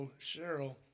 Cheryl